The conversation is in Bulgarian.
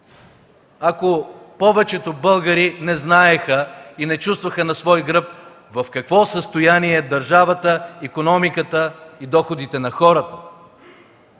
ако повечето българи не знаеха и не чувстваха на свой гръб в какво състояние са държавата, икономиката и доходите на хората.